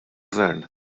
gvern